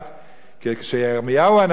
כשירמיהו הנביא אמר,